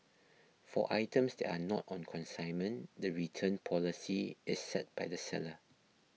for items that are not on consignment the return policy is set by the seller